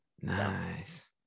nice